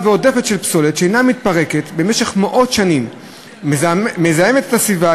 ועודפת של פסולת שאינה מתפרקת במשך מאות שנים ומזהמת את הסביבה,